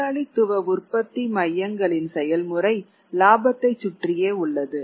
முதலாளித்துவ உற்பத்தி மையங்களின் செயல்முறை இலாபத்தைச் சுற்றியே உள்ளது